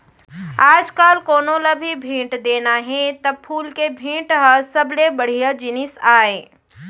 आजकाल कोनों ल भी भेंट देना हे त फूल के भेंट ह सबले बड़िहा जिनिस आय